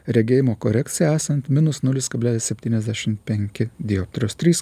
regėjimo korekciją esant minus nulis kablelis septyniasdešim penki dioptrijos trys